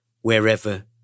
wherever